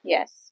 Yes